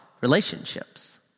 relationships